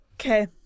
Okay